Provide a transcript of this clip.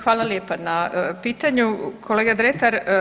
Hvala lijepa na pitanju kolega Dretar.